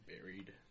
buried